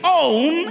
own